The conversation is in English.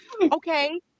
okay